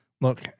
Look